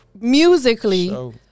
Musically